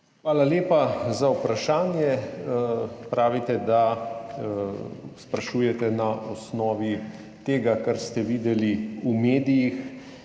Hvala lepa za vprašanje. Pravite, da sprašujete na osnovi tega, kar ste videli v medijih.